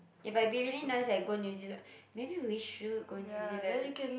eh but it'll be really nice eh go New-Zealand maybe we should go New-Zealand